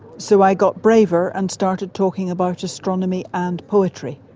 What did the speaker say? so i got braver and started talking about astronomy and poetry.